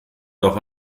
doch